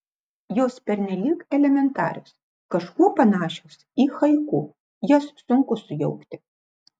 jos pernelyg elementarios kažkuo panašios į haiku jas sunku sujaukti